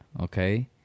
okay